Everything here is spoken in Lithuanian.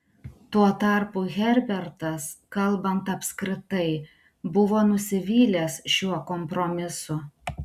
tuo tarpu herbertas kalbant apskritai buvo nusivylęs šiuo kompromisu